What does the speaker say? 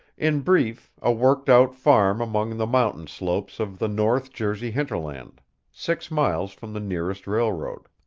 in brief, a worked-out farm among the mountain slopes of the north jersey hinterland six miles from the nearest railroad.